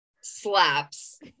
slaps